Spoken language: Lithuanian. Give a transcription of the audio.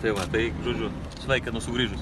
tai va tai žodžiu sveikinu sugrįžus